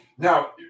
Now